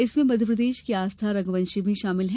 इसमें मध्यप्रदेश की आस्था रघ्वंशी भी शामिल हैं